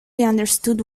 understood